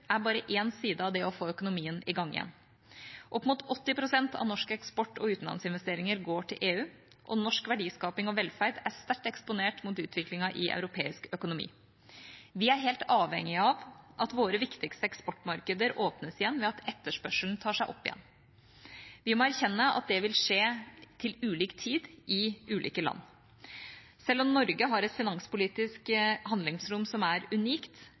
er bare én side av det å få økonomien i gang igjen. Opp mot 80 pst. av norsk eksport og utenlandsinvesteringer går til EU, og norsk verdiskaping og velferd er sterkt eksponert mot utviklingen i europeisk økonomi. Vi er helt avhengig av at våre viktigste eksportmarkeder åpnes igjen ved at etterspørselen tar seg opp. Vi må erkjenne at det vil skje til ulik tid i ulike land. Selv om Norge har et finanspolitisk handlingsrom som er unikt,